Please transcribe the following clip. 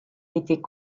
était